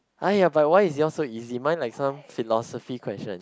!aiya! but why is you all so easy mine like some philosophy question